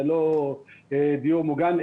זה לא דיור מוגן.